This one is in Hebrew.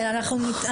לא מוותר לנו.